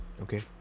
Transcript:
Okay